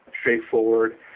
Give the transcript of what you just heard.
straightforward